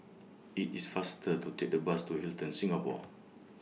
IT IS faster to Take The Bus to Hilton Singapore